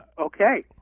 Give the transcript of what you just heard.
Okay